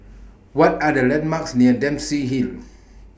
What Are The landmarks near Dempsey Hill